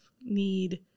need